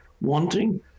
wanting